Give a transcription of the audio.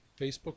Facebook